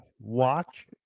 watch